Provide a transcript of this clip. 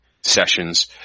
Sessions